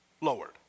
lowered